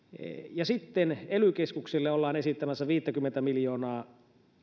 ja sitten ely keskuksille ollaan esittämässä viittäkymmentä miljoonaa